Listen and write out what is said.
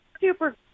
super